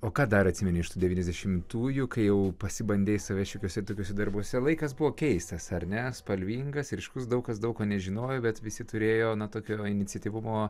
o ką dar atsimeni iš tų devyniasdešimtųjų kai jau pasibandei save šiokiuose tokiuose darbuose laikas buvo keistas ar ne spalvingas ryškus daug kas daug ko nežinojo bet visi turėjo na tokio iniciatyvumo